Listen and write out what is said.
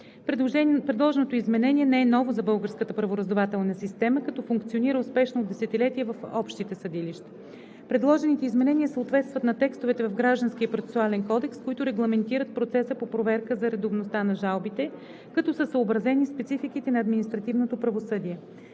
Предложеното изменение не е ново за българската правораздавателна система, като функционира успешно от десетилетия в общите съдилища. Предложените изменения съответстват на текстовете в Гражданския процесуален кодекс, които регламентират процеса по проверка за редовността на жалбите, като са съобразени спецификите на административното правосъдие.